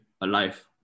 alive